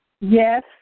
Yes